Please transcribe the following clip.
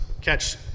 catch